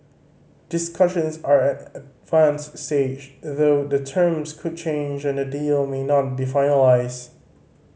discussions are at an advanced stage though the terms could change and the deal may not be finalised